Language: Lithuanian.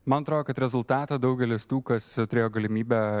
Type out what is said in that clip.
man atrodo kad rezultatą daugelis tų kas turėjo galimybę